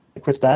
Chris